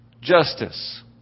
justice